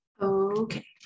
okay